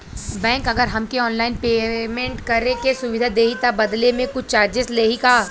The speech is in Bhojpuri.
बैंक अगर हमके ऑनलाइन पेयमेंट करे के सुविधा देही त बदले में कुछ चार्जेस लेही का?